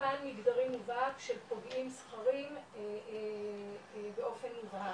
פן מגדרי מובהק של פוגעים זכרים באופן מובהק.